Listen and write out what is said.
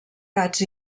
gats